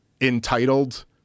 entitled